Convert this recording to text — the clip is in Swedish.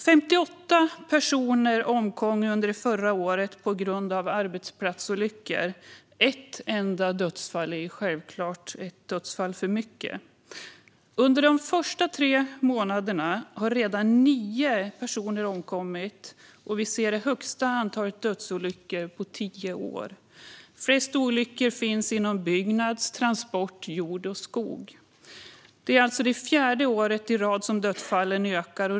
Under förra året omkom 58 personer på grund av arbetsplatsolyckor. Ett enda dödsfall är ett dödsfall för mycket. Under de första tre månaderna i år har nio personer redan omkommit. Vi ser det största antalet dödsolyckor på tio år. Flest olyckor finns inom branscherna byggnad, transport, jord och skog. Det är alltså fjärde året i rad som dödsfallen ökar.